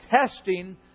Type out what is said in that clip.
testing